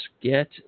get